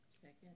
Second